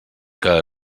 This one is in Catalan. que